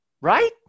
right